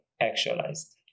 actualized